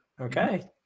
okay